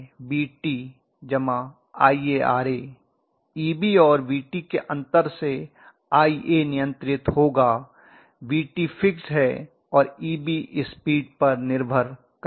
Eb और Vt के अंतर से Ia नियंत्रित होगा Vt फिक्स्ड है और Eb स्पीड पर निर्भर करता है